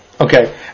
Okay